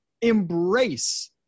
embrace